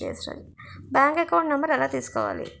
Bank account number ఎలా తీసుకోవాలి?